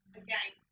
again